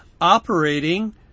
operating